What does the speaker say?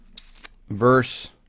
verse